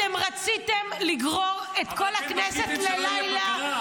אתם רציתם לגרור את כל הכנסת ללילה